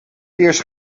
eerste